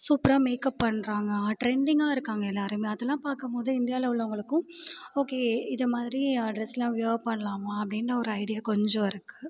சூப்பராக மேக்கப் பண்ணுறாங்க ட்ரெண்டிங்காக இருக்காங்கள் எல்லாருமே அதெல்லாம் பார்க்கமோது இந்தியாவில உள்ளவங்களுக்கும் ஓகே இதை மாதிரி ட்ரெஸ்லாம் வியர் பண்ணலாமா அப்படின்னு ஒரு ஐடியா கொஞ்சம் இருக்குது